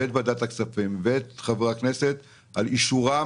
את ועדת הכספים ואת חברי הכנסת על אישורם,